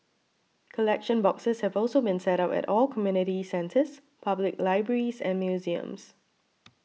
collection boxes have also been set up at all community centres public libraries and museums